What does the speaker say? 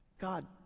God